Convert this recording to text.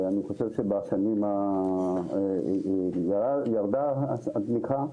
אני חושב שהיו שנים שירדה התמיכה.